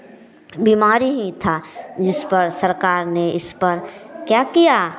बीमारी ही था जिस पर सरकार ने इस पर क्या किया